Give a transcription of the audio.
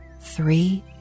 three